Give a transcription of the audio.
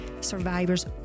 survivors